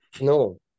No